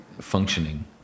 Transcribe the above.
functioning